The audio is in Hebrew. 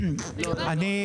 כן.